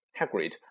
Hagrid